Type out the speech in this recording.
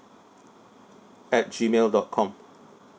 at G mail dot com